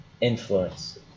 influence